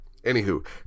Anywho